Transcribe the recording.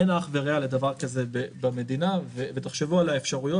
אין אח ורע לדבר כזה במדינה ותחשבו על האפשרויות